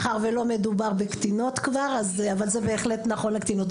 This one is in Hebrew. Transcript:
מאחר שלא מדובר כבר בקטינות אבל זה בהחלט נכון לקטינות.